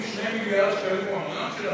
אם 2 מיליארד שקלים הוא המע"מ של התרופות,